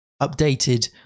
updated